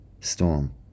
Storm